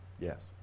Yes